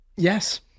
Yes